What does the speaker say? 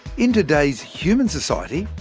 in today's human society,